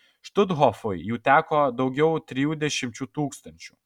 štuthofui jų teko daugiau trijų dešimčių tūkstančių